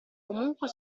comunque